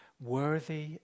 Worthy